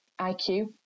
IQ